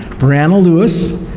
brianna lewis,